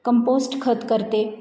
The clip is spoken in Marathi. कंपोस्ट खत करते